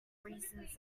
reasons